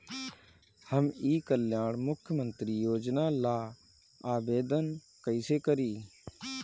हम ई कल्याण मुख्य्मंत्री योजना ला आवेदन कईसे करी?